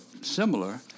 similar